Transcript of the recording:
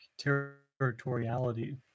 territoriality